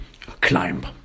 climb